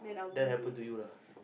that happen to you lah